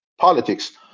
politics